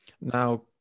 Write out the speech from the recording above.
Now